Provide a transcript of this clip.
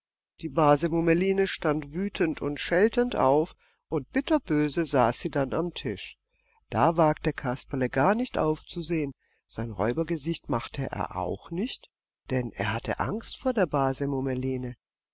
die base mummeline stand wütend und scheltend auf und bitterböse saß sie dann am tisch da wagte kasperle gar nicht aufzusehen sein räubergesicht machte er auch nicht denn er hatte angst vor der base mummeline